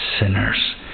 sinners